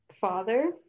father